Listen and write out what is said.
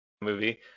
movie